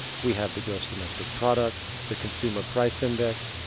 we have the gross domestic product, the consumer price index,